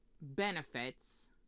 benefits